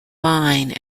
line